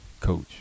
coach